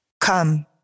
Come